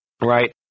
right